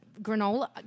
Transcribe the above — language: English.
granola